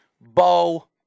Bo